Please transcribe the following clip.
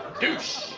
douche.